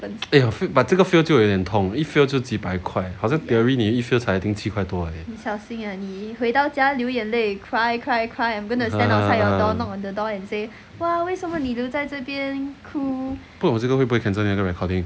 eh but 这个 fail 就一点通一 fail 就几百块好像 theory 你一 fail 才七块多而已 不懂这个会不会 cancel 那个 recording